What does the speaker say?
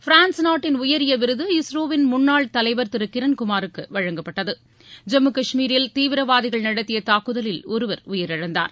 France நாட்டின் உயரிய விருது இஸ்ரோவின் முன்னாள் தலைவர் திரு கிரண்குமாருக்கு வழங்கப்பட்டது ஜம்மு கஷ்மீரில் தீவிரவாதிகள் நடத்திய தாக்குதலில் ஒருவர் உயிரிழந்தார்